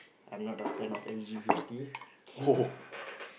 I'm not the fan of L_G_B_T_Q